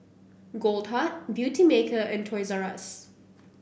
Goldheart Beautymaker and Toys R Us